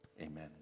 amen